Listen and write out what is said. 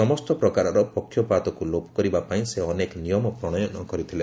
ସମସ୍ତ ପ୍ରକାରର ପକ୍ଷପାତକୁ ଲୋପ କରିବା ପାଇଁ ସେ ଅନେକ ନିୟମ ପ୍ରଣୟନ କରିଥିଲେ